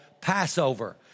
Passover